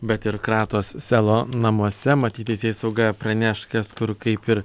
bet ir kratos selo namuose matyt teisėsauga praneš kas kur kaip ir